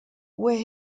where